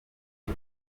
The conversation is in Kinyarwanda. izo